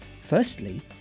Firstly